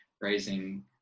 raising